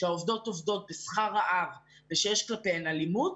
כשהעובדות עובדות בשכר רעב ושיש כלפיהן אלימות,